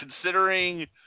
considering